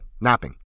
Napping